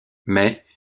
mais